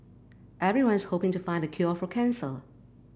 everyone's hoping to find the cure for cancer